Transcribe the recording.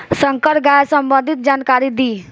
संकर गाय संबंधी जानकारी दी?